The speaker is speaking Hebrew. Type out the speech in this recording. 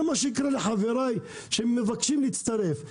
זה מה שיקרה לחבריי, שמבקשים להצטרף.